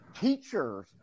teachers